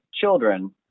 children